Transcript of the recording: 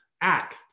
act